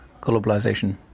globalization